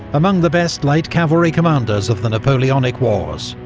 among the best light cavalry commanders of the napoleonic wars,